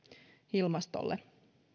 ilmastolle